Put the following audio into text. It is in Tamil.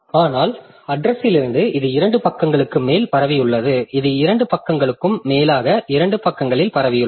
ஆனால் அட்ரஸ்லிருந்து இது இரண்டு பக்கங்களுக்கு மேல் பரவியுள்ளது இது இரண்டு பக்கங்களுக்கும் மேலாக இரண்டு பக்கங்களில் பரவியுள்ளது